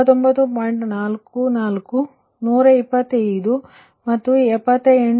44 125 ಮತ್ತು 78